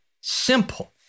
simple